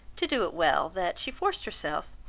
to do it well, that she forced herself,